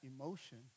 emotion